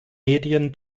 medien